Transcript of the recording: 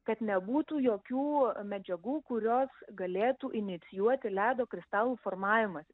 kad nebūtų jokių medžiagų kurios galėtų inicijuoti ledo kristalų formavimąsi